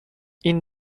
این